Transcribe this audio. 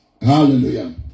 Hallelujah